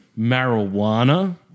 marijuana